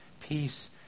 peace